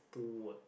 two words